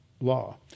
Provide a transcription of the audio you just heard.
law